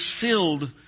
filled